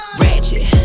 ratchet